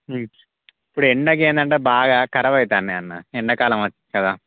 ఇప్పుడు ఎండకి ఏదంటే బాగా ఖరాబ్ అవుతాన్నాయి అన్న ఎండాకాలం వచ్చింది కదా